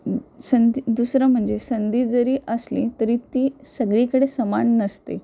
संधी दुसरं म्हणजे संधी जरी असली तरी ती सगळीकडे समान नसते